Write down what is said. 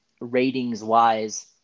ratings-wise